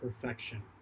perfection